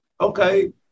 okay